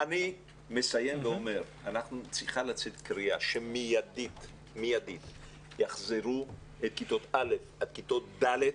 אני מסיים ואומר שצריכה לצאת קריאה שכיתות א' עד ד'